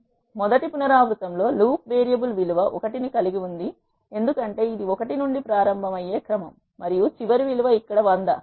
కాబట్టి మొదటి పునరావృతంలో లూప్ వేరియబుల్ విలువ 1 ను కలిగి ఉంది ఎందుకంటే ఇది 1 నుండి ప్రారంభమయ్యే క్రమం మరియు చివరి విలువ ఇక్కడ 100